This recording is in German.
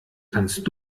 kannst